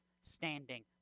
standing